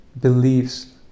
beliefs